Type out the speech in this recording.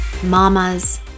Mamas